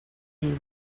you